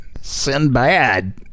Sinbad